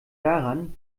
daran